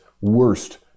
worst